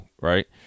right